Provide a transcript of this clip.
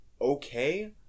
okay